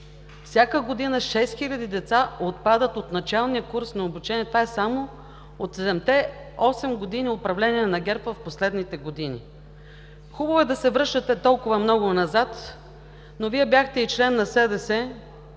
всяка година 6 хиляди деца отпадат от началния курс на обучение – това е само за седемте от осем години управление на ГЕРБ в последните години. Хубаво е да се връщате толкова много назад, но Вие бяхте и член на СДС